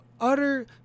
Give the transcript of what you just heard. utter